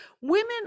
women